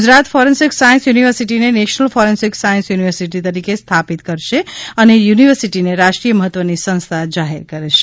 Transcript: Gujarat forensic science યુનિવર્સિટીને national forensic science university તરીકે સ્થાપિત કરશે અને યુનિવર્સિટીને રાષ્ટ્રીય મહત્વની સંસ્થા જાહેર કરે છે